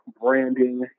branding